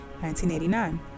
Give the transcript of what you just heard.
1989